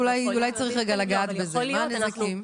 אולי צריך לגעת בזה, מה הנזקים?